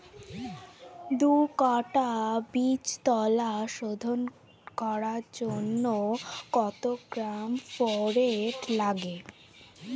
দু কাটা বীজতলা শোধন করার জন্য কত গ্রাম ফোরেট লাগে?